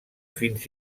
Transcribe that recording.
fins